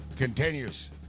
Continues